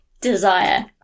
desire